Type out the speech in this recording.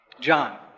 John